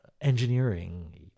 engineering